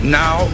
now